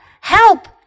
help